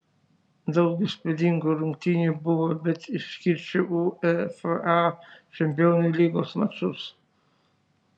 daug įspūdingų rungtynių buvo bet išskirčiau uefa čempionų lygos mačus